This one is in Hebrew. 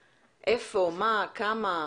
איפה, מה, כמה.